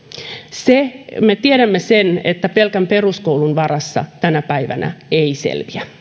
loppuun me tiedämme sen että pelkän peruskoulun varassa tänä päivänä ei selviä